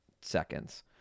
seconds